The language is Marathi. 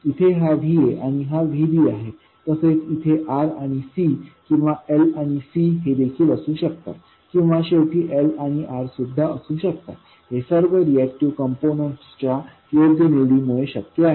इथे हा Vaआणि हा Vbआहे तसेच इथे R आणि C किंवा L आणि C हे देखील असू शकतात किंवा शेवटी L आणि R सुद्धा असू शकतात हे सर्व रिऍक्टिव्ह कंपोनेंट्सच्या योग्य निवडीमुळे शक्य आहे